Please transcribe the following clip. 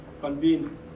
convinced